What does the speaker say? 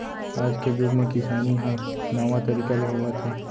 आज के जुग म किसानी ह नावा तरीका ले होवत हे